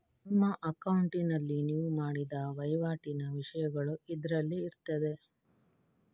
ನಿಮ್ಮ ಅಕೌಂಟಿನಲ್ಲಿ ನೀವು ಮಾಡಿದ ವೈವಾಟಿನ ವಿಷಯಗಳು ಇದ್ರಲ್ಲಿ ಇರ್ತದೆ